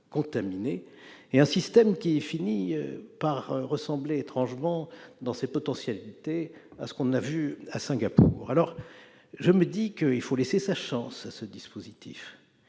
contaminées. Le système finit par ressembler étrangement, dans ses potentialités, à ce que l'on a vu à Singapour. Dès lors, je me dis qu'il faut laisser sa chance à ce dispositif,